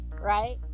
right